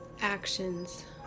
actions